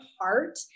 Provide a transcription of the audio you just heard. heart